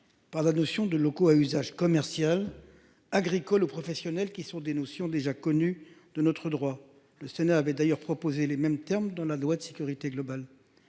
Par la notion de locaux à usage commercial agricole aux professionnels qui sont des notions déjà connu de notre droit. Le Sénat avait d'ailleurs proposé les mêmes termes de la loi de sécurité globale.